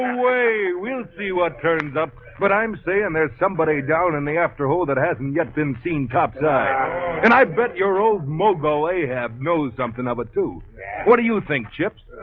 way we'll see what turns up but i'm saying there's somebody down in the after hole that hasn't yet been seen topside and i bet your old mogo ahab knows something about but to what do you think chips?